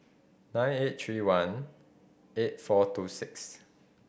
nine eight three one eight four two six